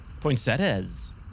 Poinsettias